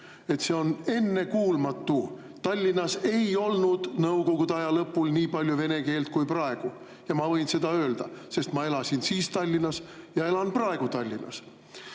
see on ennekuulmatu. Tallinnas ei olnud Nõukogude aja lõpul nii palju vene keelt kui praegu ja ma võin seda öelda, sest ma elasin siis Tallinnas ja elan praegu Tallinnas.